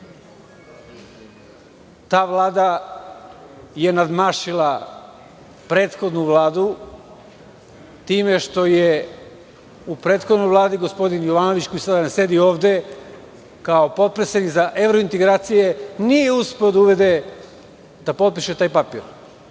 Ta vlada je nadmašila prethodnu Vladu time što je u prethodnoj Vladi gospodin Jovanović koji sa mnom sedi ovde, kao potpredsednik za evrointegracije nije uspeo da potpiše taj papir. Ova